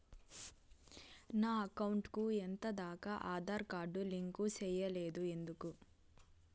నా అకౌంట్ కు ఎంత దాకా ఆధార్ కార్డు లింకు సేయలేదు ఎందుకు